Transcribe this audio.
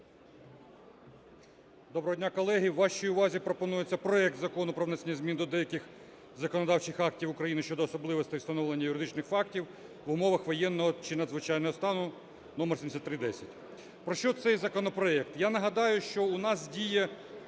Доброго дня, колеги! Вашій увазі пропонується проект Закону про внесення змін до деяких законодавчих актів України щодо особливостей встановлення юридичних фактів в умовах воєнного чи надзвичайного стану (№ 7310). Про що цей законопроект? Я нагадаю, що у нас діє